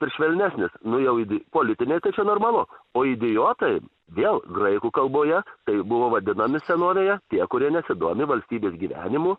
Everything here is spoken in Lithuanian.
ir švelnesnis nu jau idi politiniai tai čia normalu o idiotai vėl graikų kalboje tai buvo vadinami senovėje tie kurie nesidomi valstybės gyvenimu